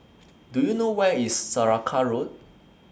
Do YOU know Where IS Saraca Road